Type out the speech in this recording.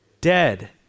Dead